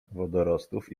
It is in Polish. wodorostów